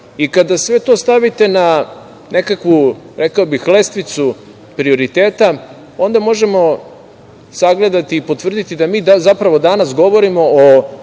i kada sve to stavite na nekakvu lestvicu prioriteta, onda možemo sagledati i potvrditi da mi zapravo danas govorimo o